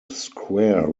square